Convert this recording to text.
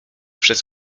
przez